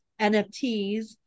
NFTs